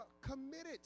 committed